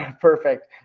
Perfect